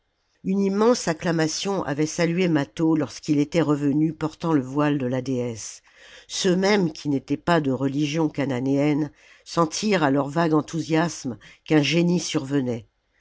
une immense acclamation avait salué mâtho lorsqu'il était revenu portant le voile de la déesse ceux mêmes qui n'étaient pas de religion chananéenne sentirent à leur vague enthousiasme qu'un génie survenait